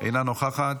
אינה נוכחת,